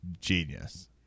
genius